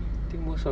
mm